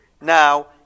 now